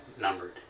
numbered